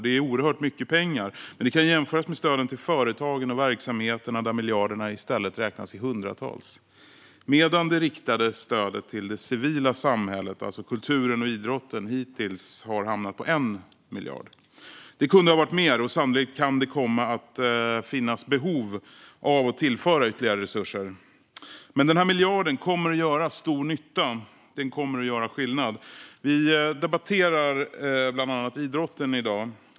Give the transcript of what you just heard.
Det är oerhört mycket pengar, men det kan jämföras med stöden till företag och verksamheter där miljarderna i stället räknas i hundratal. Det riktade stödet till det civila samhället, alltså kulturen och idrotten, har hittills hamnat på 1 miljard. Det kunde ha varit mer, och sannolikt kommer det att finnas behov av att tillföra ytterligare resurser. Den här miljarden kommer ändå att göra stor nytta. Den kommer att göra skillnad. Vi debatterar bland annat idrotten i dag.